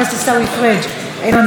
חבר הכנסת עיסאווי פריג' אינו נוכח,